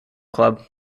club